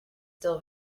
still